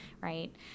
Right